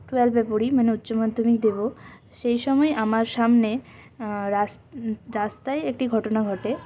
টুয়েলভে পড়ি মানে উচ্চ মাধ্যমিক দেব সেই সময়ে আমার সামনে রাস্তায় রাস্তায় একটি ঘটনা ঘটে